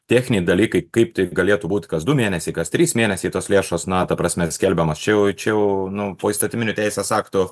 techniniai dalykai kaip tai galėtų būti kas du mėnesiai kas trys mėnesiai tos lėšos na ta prasme skelbiamas čia jau čia jau nu poįstatyminių teisės aktų